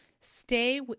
stay